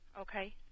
Okay